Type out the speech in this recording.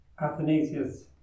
Athanasius